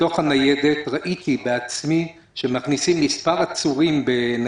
בתוך הניידת ראיתי בעצמי שמכניסים מספר עצורים.